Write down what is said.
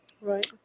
Right